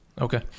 Okay